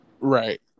Right